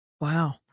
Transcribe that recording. Wow